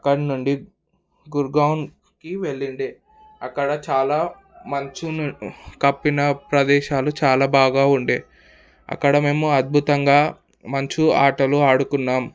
అక్కడ నుండి గుర్గాన్కి వెళ్ళుండే అక్కడ చాలా మంచు కప్పిన ప్రదేశాలు చాలా బాగా ఉండే అక్కడ మేము అద్భుతంగా మంచు ఆటలు ఆడుకున్నాం